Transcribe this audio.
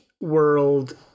world